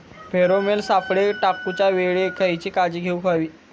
Pheromone सापळे टाकूच्या वेळी खयली काळजी घेवूक व्हयी?